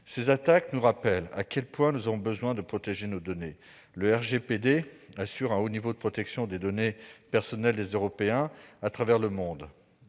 Ces attaques nous rappellent à quel point nous avons besoin de protéger nos données. Le RGPD assure un haut niveau de protection des données personnelles des Européens à travers le monde.